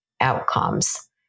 outcomes